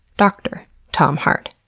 doctor tom hart.